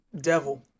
devil